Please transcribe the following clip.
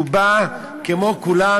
שהוא בא כמו כולם,